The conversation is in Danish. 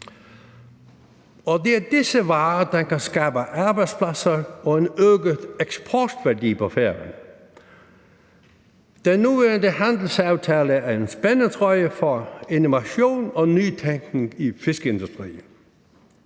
Og det er disse varer, der kan skabe arbejdspladser og en øget eksportværdi på Færøerne. Den nuværende handelsaftale er en spændetrøje for innovation og ny teknologi i fiskeindustrien.